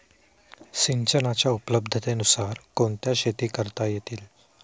सिंचनाच्या उपलब्धतेनुसार कोणत्या शेती करता येतील?